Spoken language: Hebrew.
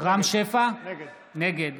נגד